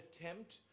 attempt